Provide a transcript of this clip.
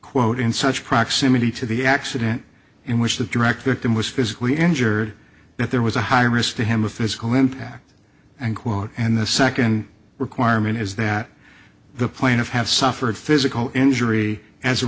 quote in such proximity to the accident in which the director tim was physically injured that there was a high risk to him of physical impact and quote and the second requirement is that the plaintiff have suffered physical injury as a